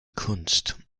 kunst